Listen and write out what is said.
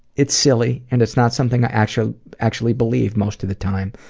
it's silly and it's not something i actually actually believe most of the time,